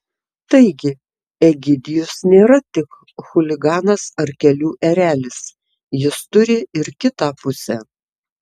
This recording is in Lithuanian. taigi egidijus nėra tik chuliganas ar kelių erelis jis turi ir kitą pusę